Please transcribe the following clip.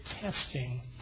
testing